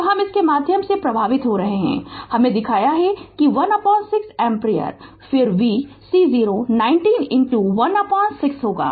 तो हम इसके माध्यम से प्रवाहित हो रहा है हमें दिखाया कि यह 16 एम्पीयर फिर v C0 90 16 होगा